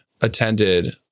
attended